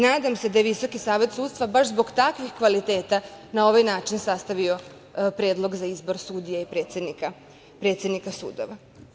Nadam se je VSS baš zbog takvih kvaliteta na ovaj način sastavio Predlog za izbor sudija i predsednika sudova.